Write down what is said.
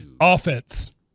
Offense